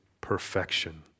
perfection